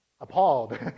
appalled